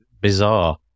bizarre